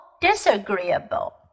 disagreeable